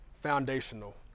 foundational